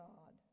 God